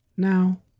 Now